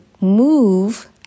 move